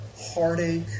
heartache